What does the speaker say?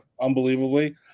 unbelievably